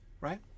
right